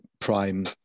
prime